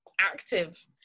active